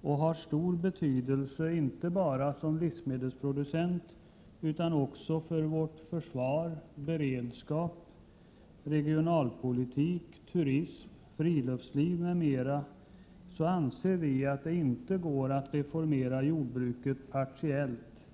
och har stor betydelse, inte bara som livsmedelsproducent utan också för vårt försvar, vår beredskap, vår regionalpolitik, vår turism, vårt friluftsliv m.m., anser vi att det inte går att reformera jordbruket partiellt.